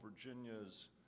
Virginias